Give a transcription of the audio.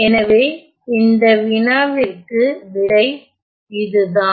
எனவே இந்த வினாவிற்கு விடை இதுதான்